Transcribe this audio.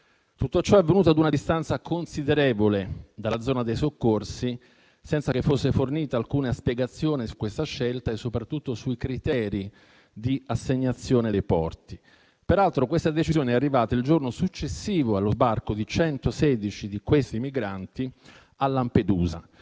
Tutto ciò è avvenuto a una distanza considerevole dalla zona dei soccorsi, senza che fosse fornita alcuna spiegazione su questa scelta e soprattutto sui criteri di assegnazione dei porti. Peraltro, questa decisione è arrivata il giorno successivo allo sbarco di 116 di quei migranti a Lampedusa.